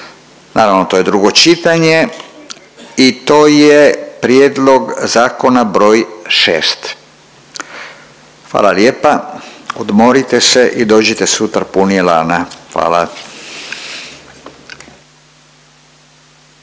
Naravno to j drugo čitanje i to je prijedlog zakona br. 6. Hvala lijepa. Odmorite se i dođite sutra puni elana! Hvala.